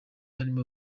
harimo